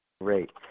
Great